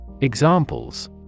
Examples